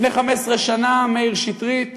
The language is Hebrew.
לפני 15 שנה מאיר שטרית